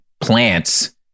plants